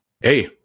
hey